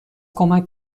کمک